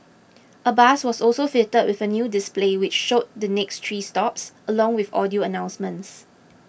a bus was also fitted with a new display which showed the next three stops along with audio announcements